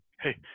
Hey